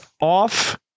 off